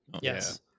yes